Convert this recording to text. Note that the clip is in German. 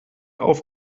auf